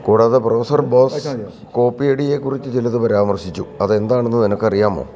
കൂടാതെ പ്രൊഫസർ ബോസ് കോപ്പിയടിയെക്കുറിച്ച് ചിലത് പരാമർശിച്ചു അതെന്താണെന്ന് നിനക്കറിയാമോ